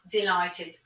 delighted